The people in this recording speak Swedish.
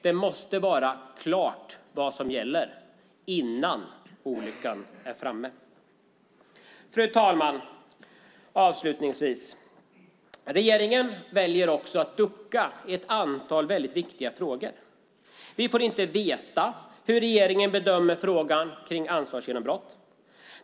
Det måste vara klart vad som gäller innan olyckan är framme. Fru talman! Regeringen väljer också att ducka i ett antal väldigt viktiga frågor. Vi får inte veta hur regeringen bedömer frågan om ansvarsgenombrott.